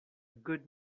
good